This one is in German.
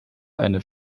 eine